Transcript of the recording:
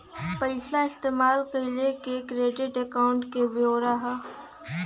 पइसा इस्तेमाल कइले क क्रेडिट अकाउंट क ब्योरा हौ